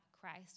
Christ